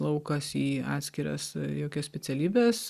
laukas į atskiras jokias specialybes